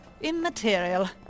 Immaterial